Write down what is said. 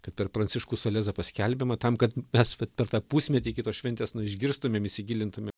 kad per pranciškų salezą paskelbiama tam kad mes vat per tą pusmetį iki tos šventės no išgirstumėm įsigilintumėm